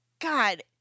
God